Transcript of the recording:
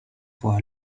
for